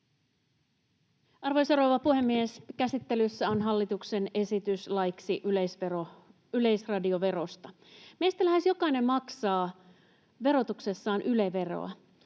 Arvoisa rouva puhemies! Käsittelyssä on hallituksen esitys laiksi yleisradioverosta. Meistä lähes jokainen maksaa verotuksessaan Yle-veroa.